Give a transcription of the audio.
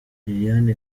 liliane